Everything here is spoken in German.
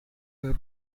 der